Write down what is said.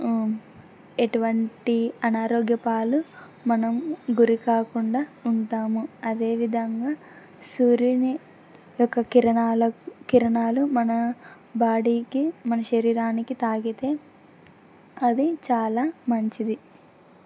ఎటువంటి అనారోగ్యపాలు మనం గురి కాకుండా ఉంటాము అదేవిధంగా సూర్యుని యొక్క కిరణాలు మన బాడీకి మన శరీరానికి తాకితే అది చాలా మంచిది